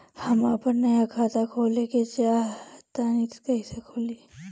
हम आपन नया खाता खोले के चाह तानि कइसे खुलि?